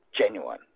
genuine